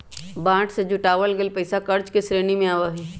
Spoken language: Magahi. बांड से जुटावल गइल पैसा कर्ज के श्रेणी में आवा हई